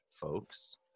folks